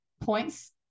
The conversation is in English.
points